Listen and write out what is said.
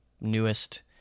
newest